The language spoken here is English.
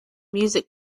music